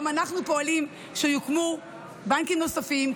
גם אנחנו פועלים שיוקמו בנקים נוספים,